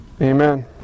Amen